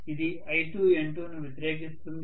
ఇది I2N2 ను వ్యతిరేకిస్తుంది